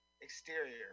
exterior